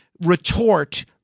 retort